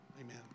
amen